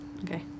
Okay